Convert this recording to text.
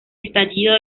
estallido